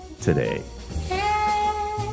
today